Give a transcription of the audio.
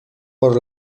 por